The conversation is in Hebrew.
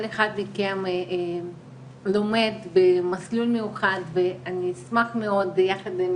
כל אחד מכם לומד במסלול מיוחד ואני אשמח מאוד ביחד עם